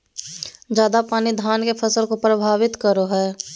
ज्यादा पानी धान के फसल के परभावित करो है?